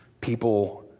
People